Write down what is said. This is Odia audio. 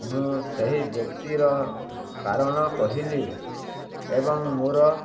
ମୁଁ ସେହି ବ୍ୟକ୍ତିର କାରଣ କହିଲି ଏବଂ ମୋର